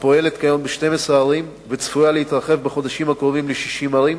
הפועלת כיום ב-12 ערים וצפויה להתרחב בחודשים הקרובים ל-60 ערים,